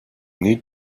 need